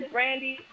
Brandy